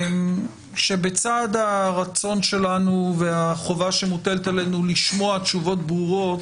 שבצד הרצון שלנו והחובה שמוטלת עלינו לשמוע תשובות ברורות,